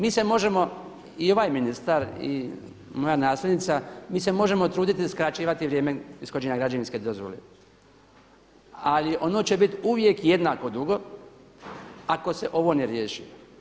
Mi se možemo i ovaj ministar i moja nasljednica, mi se možemo truditi skraćivati vrijeme ishođenja građevinske dozvole, ali ono će biti uvijek jednako dugo ako se ovo ne riješi.